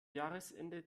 jahresende